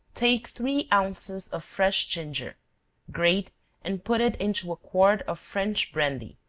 take three ounces of fresh ginger grate and put it into a quart of french brandy,